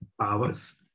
Powers